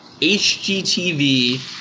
HGTV